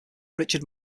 richard